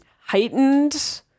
heightened